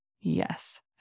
yes